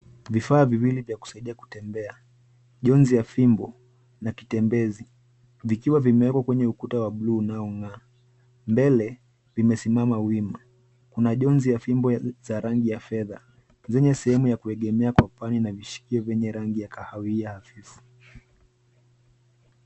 Vifaa viwili vya kusaidia kutembea jonzi ya vimbo na kitembezi vikiwa vimewekwa kwenye ukuta wa buluu unaongaa mbele vimesimama wima kuna jonzi ya fimbo za rangi ya fedha zenye sehemu ya kuegemea kwa pani na vishikio vyenye rangi ya kahawia hafifu